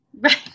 Right